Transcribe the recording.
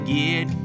get